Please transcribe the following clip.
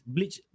Bleach